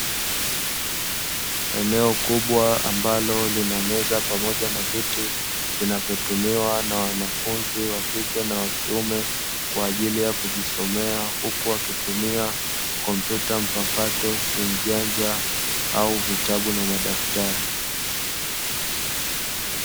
Eneo kubwa ambalo lina meza pamoja na viti viinavyo tumiwa na wanafunzi wakike na wakiume kwaajili ya kujisomea huku wakitumia kompyuta mpakato, simu janja au vitabu na madaftari.